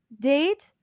date